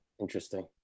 Interesting